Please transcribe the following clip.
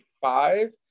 five